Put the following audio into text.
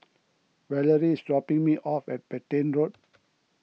Valerie is dropping me off at Petain Road